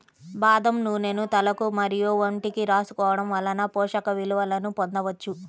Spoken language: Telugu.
బాదం నూనెను తలకు మరియు ఒంటికి రాసుకోవడం వలన పోషక విలువలను పొందవచ్చు